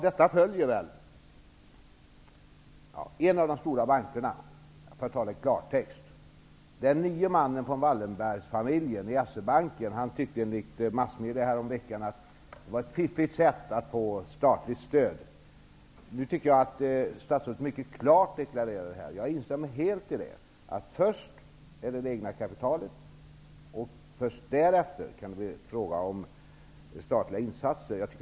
En av de stora bankerna -- eller för att tala i klartext, den nye mannen från Wallenbergsfamiljen i S-E-banken -- tyckte i massmedia häromveckan att detta var ett fiffigt sätt att få statligt stöd. Nu tycker jag att statsrådet mycket klart deklarerade, och jag instämmer helt i det, att det främst är det egna kapitalet som skall tas i anspråk. Först därefter kan det bli fråga om statliga insatser.